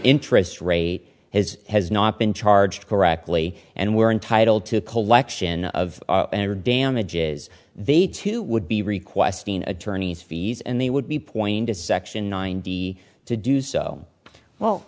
interest rate has has not been charged correctly and we are entitled to a collection of damages they too would be requesting attorney's fees and they would be point is section nine d to do so well